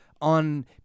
on